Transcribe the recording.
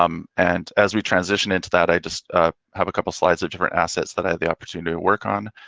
um and as we transition into that, i just have a couple slides of different assets that i had the opportunity to work on,